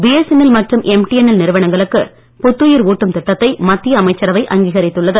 BSNL மற்றும் MTNL நிறுவனங்களுக்கு புத்துயிர் ஊட்டும் திட்டத்தை மத்திய அமைச்சரவை அங்கீகரித்துள்ளது